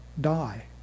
die